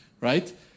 Right